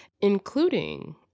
including